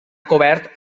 cobert